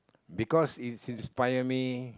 because it it's inspire me